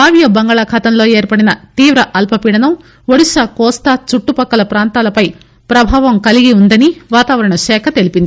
వాయువ్య బంగాళాఖాతంలో ఏర్పడిన తీవ్ర అల్పపీడనం ఒడిషా కోస్తా చూట్లు పక్కల ప్రాంతాలపై ప్రభావం కలిగి ఉందనివాతావరణశాఖ తెలిపింది